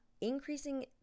increasing